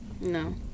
No